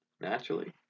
naturally